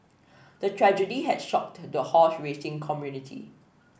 the tragedy had shocked the horse racing community